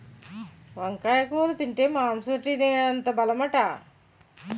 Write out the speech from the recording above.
వంకాయ కూర తింటే మాంసం తినేటంత బలమట